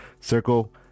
Circle